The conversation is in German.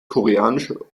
koreanische